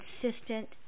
consistent